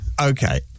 Okay